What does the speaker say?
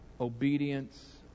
Obedience